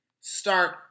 Start